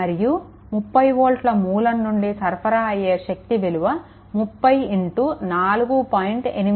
మరియు 30 వోల్ట్ల మూలం నుండి సరఫరా అయ్యే శక్తి విలువ 30 4